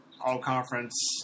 all-conference